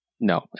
no